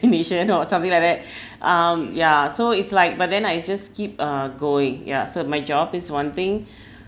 resignation or something like that um ya so it's like but then I just keep uh going ya so my job is one thing